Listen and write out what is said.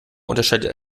unterscheidet